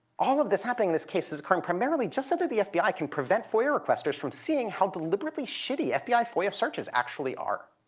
all of this happening in this case is occurring primarily just so that the fbi can prevent foia requesters from seeing how deliberatively shitty fbi foia searches actually are.